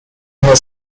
her